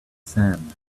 sand